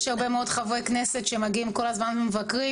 יש הרבה מאוד חברי כנסת שמגיעים כל הזמן ומבקרים,